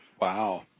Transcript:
Wow